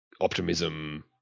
optimism